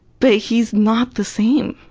but he's not the same.